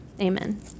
Amen